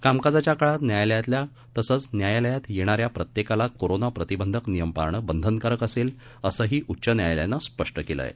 कामकाजाच्याकाळातन्यायालयातल्यातसंचन्यायालयातयेणाऱ्याप्रत्येकालाकोरोनाप्रतिबंधकनियमपाळणंबंधनकारकअसेलअसंहीउच्चन्या यालयानंस्पष्टकेलंआहे